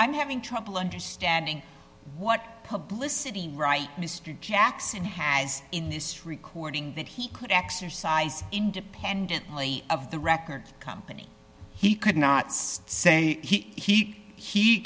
i'm having trouble understanding what publicity right mr jackson has in this recording that he could exercise independently of the record company he could not stay he he